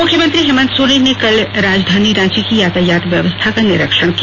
मुख्यमंत्री हेमंत सोरेन ने कल राजधानी रांची की यातायात व्यवस्था का निरीक्षण किया